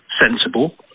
sensible